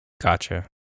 Gotcha